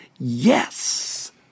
Yes